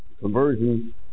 conversion